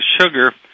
sugar